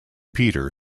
peter